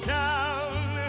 town